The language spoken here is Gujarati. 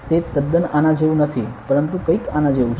તે તદ્દન આના જેવુ નથી પરંતુ કંઈક આના જેવુ છે